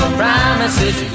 promises